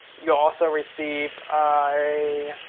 you'll also receive a